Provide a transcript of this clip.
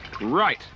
Right